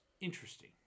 interesting